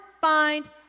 find